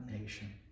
nation